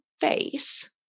face